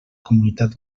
comunitat